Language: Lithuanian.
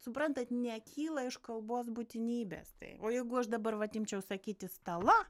suprantat nekyla iš kalbos būtinybės tai o jeigu aš dabar vat imčiau sakyti stala